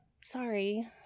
Sorry